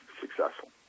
successful